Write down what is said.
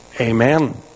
Amen